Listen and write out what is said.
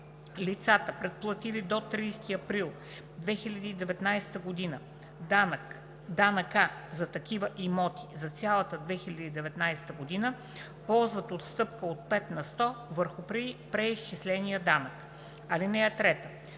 Лицата, предплатили до 30 април 2019 г. данъка за такива имоти за цялата 2019 г., ползват отстъпка от 5 на сто върху преизчисления данък. (3)